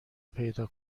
پیدا